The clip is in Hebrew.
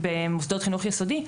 במוסדות חינוך יסודי,